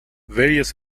various